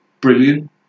brilliant